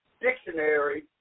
dictionary